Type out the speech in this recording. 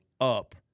up